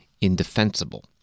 indefensible